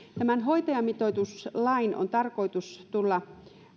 tämän hoitajamitoituslain on tarkoitus tulla